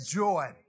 joy